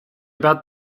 about